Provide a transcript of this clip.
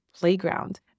playground